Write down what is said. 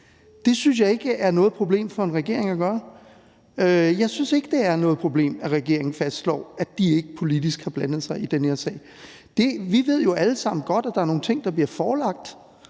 Det synes jeg ikke er noget problem for en regering at gøre. Jeg synes ikke, det er noget problem, at regeringen fastslår, at de politisk ikke har blandet sig i den her sag. Vi ved jo alle sammen godt, at der er nogle ting, der bliver forelagt